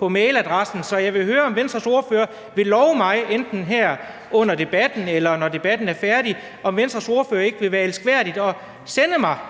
min mailadresse, så jeg vil høre, om Venstres ordfører vil love mig enten her under debatten, eller når debatten er færdig, at være elskværdig og sende mig